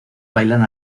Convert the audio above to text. bailan